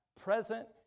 present